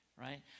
right